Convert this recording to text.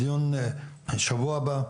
בדיון שבוע הבא,